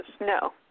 No